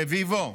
רביבו,